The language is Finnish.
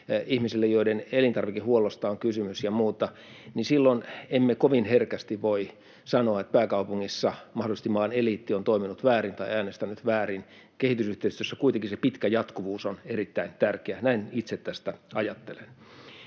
ihmisille, joiden elintarvikehuollosta on kysymys ja muuta, niin silloin emme kovin herkästi voi sanoa, että pääkaupungissa mahdollisesti maan eliitti on toiminut väärin tai äänestänyt väärin. Kehitysyhteistyössä kuitenkin se pitkä jatkuvuus on erittäin tärkeää. Näin itse tästä ajattelen.